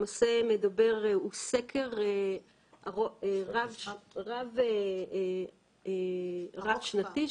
הוא סקר רב שנתי,